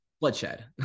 bloodshed